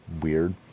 weird